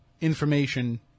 information